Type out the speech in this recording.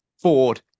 ford